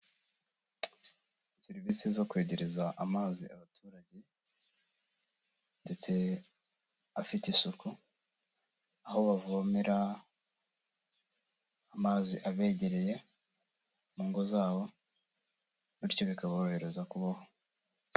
Serivisi zo kwegereza amazi abaturage ndetse afite isuku aho bavomera amazi abegereye mu ngo zabo bityo bikaborohereza kubaho.